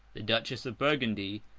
the duchess of burgundy,